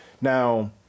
Now